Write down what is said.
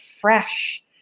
fresh